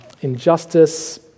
injustice